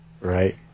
Right